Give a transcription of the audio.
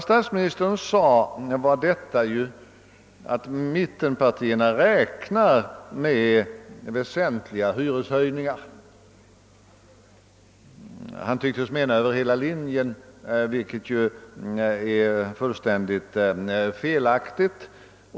Statsministern yttrade att mittenpartierna räknar med väsentliga hyreshöjningar, han tycktes mena höjningar över hela linjen, vilket ju är fullständigt felaktigt.